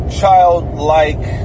childlike